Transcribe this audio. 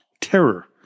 Terror